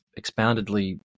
expoundedly